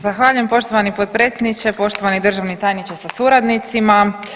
Zahvaljujem poštovani potpredsjedniče, poštovani državni tajniče sa suradnicima.